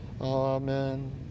Amen